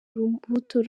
urubuto